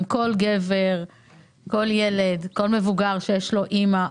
זה גם גברים וילדים שיש להם אימא,